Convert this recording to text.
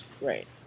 Right